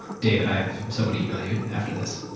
david, i have so many email you after this.